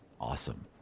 Awesome